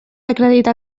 acredita